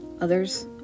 others